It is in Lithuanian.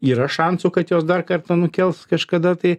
yra šansų kad juos dar kartą nukels kažkada tai